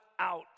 out